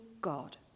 God